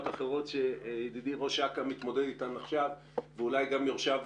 אחרות שידידי ראש אכ"א מתמודד איתן עכשיו ואולי גם יורשיו